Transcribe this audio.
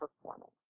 performance